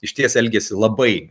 išties elgiasi labai